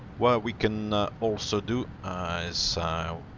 what we can also do is.